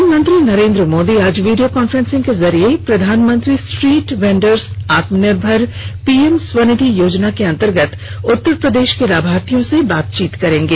प्रधानमंत्री नरेन्द्र मोदी आज video conferencing के जरिए प्रधानमंत्री स्ट्रीट वेंडर्स आत्मनिर्भर पीएम स्वनिधि योजना के अन्तर्गत उत्तर प्रदेश के लाभार्थियों से बातचीत करेंगे